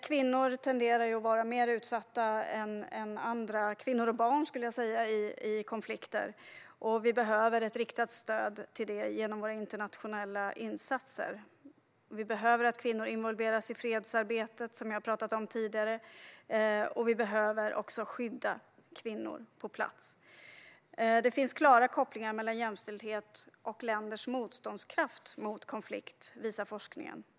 Kvinnor och barn tenderar att vara de mest utsatta i konflikter och behöver riktat stöd genom våra internationella insatser. Kvinnor behöver involveras i fredsarbetet, som jag har talat om tidigare, och vi behöver skydda kvinnor på plats. Det finns klara kopplingar mellan jämställdhet och länders motståndskraft mot konflikt, visar forskningen.